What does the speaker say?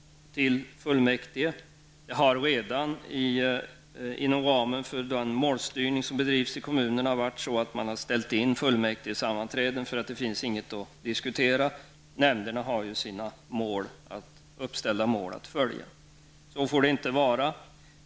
Man har redan inom ramen får målstyrningen ställt in fullmäktigesammanträden därför att det inte finns någonting att diskutera; nämnderna har sina uppställda mål att följa. Så får det inte vara.